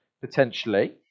potentially